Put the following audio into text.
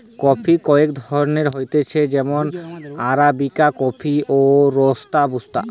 coffee কয়েক ধরণের হতিছে যেমন আরাবিকা কফি, রোবুস্তা